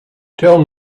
tell